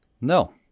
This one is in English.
No